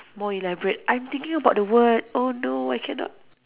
more elaborate I'm thinking about the word oh no I cannot